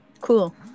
cool